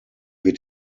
wird